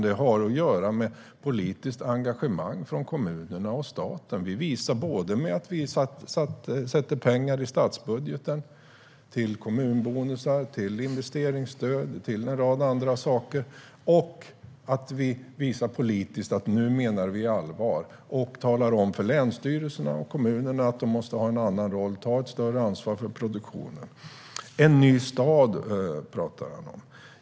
Det har att göra med politiskt engagemang från kommunerna och staten. Vi visar det genom att sätta pengar i statsbudgeten till kommunbonusar, investeringsstöd och en rad andra saker, och vi visar politiskt att vi nu menar allvar genom att vi talar om för länsstyrelserna och kommunerna att de måste ha en annan roll och ta ett större ansvar för produktionen. En ny stad pratar Mats Green om.